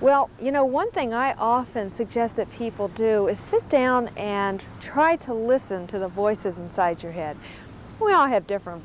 well you know one thing i often suggest that people do is sit down and try to listen to the voices inside your head we all have different